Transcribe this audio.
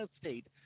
State